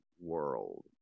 world